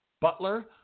Butler